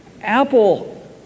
Apple